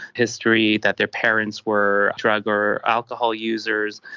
history that their parents were drug or alcohol users,